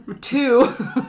Two